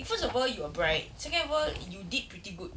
first of all you are bright second of all you did pretty good